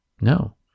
No